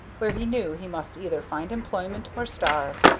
where he knew he must either find employment or starve.